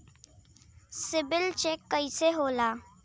CIBIL check कइसे होला?